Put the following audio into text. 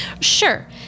Sure